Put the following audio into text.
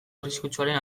arriskutsuaren